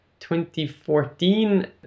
2014